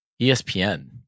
ESPN